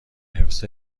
حفظ